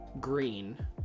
green